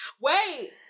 Wait